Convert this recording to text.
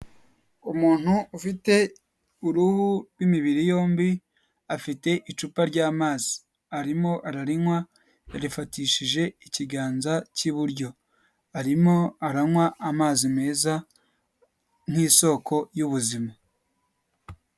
Umuntu ufite uruhu rw'imibiri yombi, afite icupa ry'amazi, arimo ararinywa yarifatishije ikiganza k'iburyo, arimo aranywa amazi meza nk'isoko y'ubuzima.